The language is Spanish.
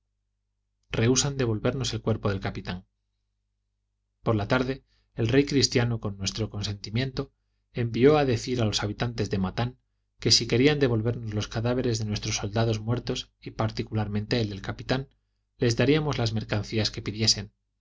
rehusan devolvernos el cuerpo del capitán por la tarde el rey cristiano con nuestro consentimiento envió a decir a los habitantes de matan que si querían devolvernos los cadáveres de nuestros soldados muertos y particularmente el del capitán les daríamos las mercancías que pidiesen